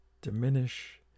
diminish